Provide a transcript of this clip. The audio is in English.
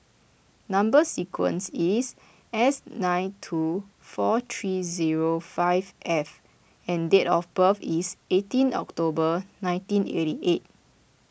Number Sequence is S nine two four three zero five F and date of birth is eighteen October nineteen eighty eight